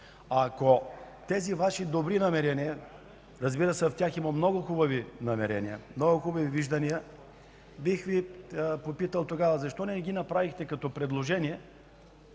Тези Ваши добри намерения – разбира се, в тях има много добри намерения, много хубави виждания и бих Ви попитал: защо не ги направихте като предложения,